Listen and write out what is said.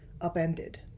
upended